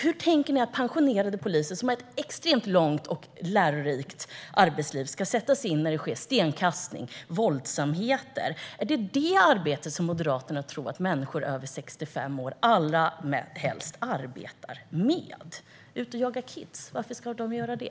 Hur tänker ni att pensionerade poliser, som har ett extremt långt och lärorikt arbetsliv bakom sig, ska sättas in när det sker stenkastning och våldsamheter? Är det sådant Moderaterna tror att människor över 65 år allra helst arbetar med? Ut och jaga kids - varför ska de göra det?